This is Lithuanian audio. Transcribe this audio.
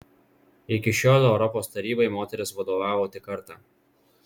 iki šiol europos tarybai moteris vadovavo tik kartą